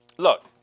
Look